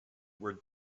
were